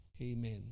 Amen